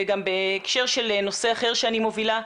וגם בהקשר של נושא אחר שאני מובילה,